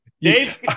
Dave